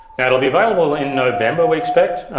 now it'll be available in november, we expect.